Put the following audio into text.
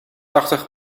tachtig